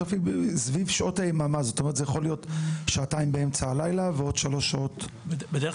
זה יכול להיות שעתיים באמצע הלילה ועוד שלוש שעות --- בדרך